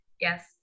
Yes